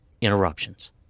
interruptions